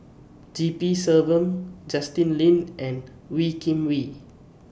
G P Selvam Justin Lean and Wee Kim Wee